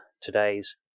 today's